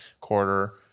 quarter